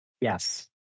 yes